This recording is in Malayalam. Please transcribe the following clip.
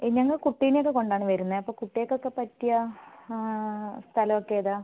ഞങ്ങള് കുട്ടീനെയൊക്കെ കൊണ്ടാണ് വരുന്നത് അപ്പോൾ കുട്ടികൾക്കൊക്കെ പറ്റിയ സ്ഥലമൊക്കെ ഏതാണ്